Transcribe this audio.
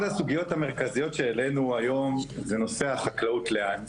הסוגיות המרכזיות שהעלנו היום זה נושא החקלאות לאן?